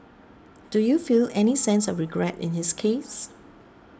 do you feel any sense of regret in his case